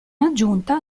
aggiunta